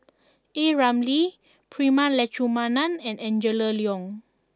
A Ramli Prema Letchumanan and Angela Liong